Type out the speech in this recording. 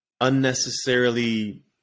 unnecessarily